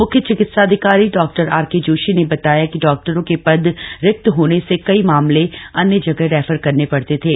म्ख्य चिकित्साधिकारी डॉ आर के जोशी ने बताया कि डॉक्टरों के पद रिक्त होने से कई मामले अन्य जगह रेफर करने पड़ते थे